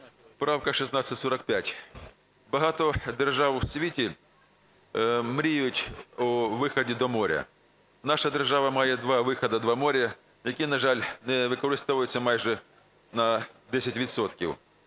Правка 1645. Багато держав в світі мріють про вихід до моря. Наша держава має два виходи і два моря, які, на жаль, не використовуються майже на 10